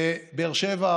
בבאר שבע,